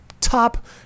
Top